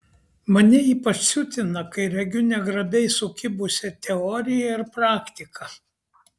mane ypač siutina kai regiu negrabiai sukibusią teoriją ir praktiką